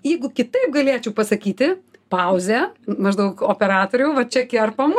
jeigu kitaip galėčiau pasakyti pauzė maždaug operatoriau va čia kerpam